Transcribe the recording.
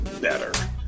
better